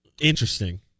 Interesting